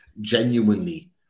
genuinely